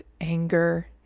anger